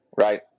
right